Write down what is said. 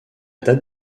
date